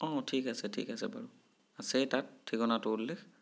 অঁ ঠিক আছে ঠিক আছে বাৰু আছেই তাত ঠিকনাটো উল্লেখ